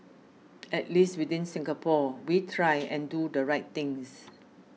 at least within Singapore we try and do the right things